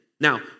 Now